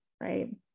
Right